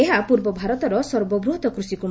ଏହା ପୂର୍ବଭାରତର ସର୍ବବୃହତ କୃଷିକ୍ୟୁ